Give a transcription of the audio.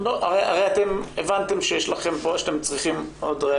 הרי אתם הבנתם שאתם צריכים עוד ראיות.